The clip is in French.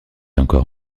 encore